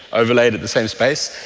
overlaid at the same space,